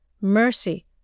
mercy